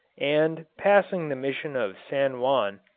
and, passing the mission of san juan,